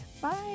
Bye